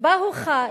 שבה הוא חי